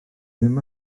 ddim